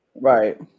Right